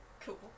Cool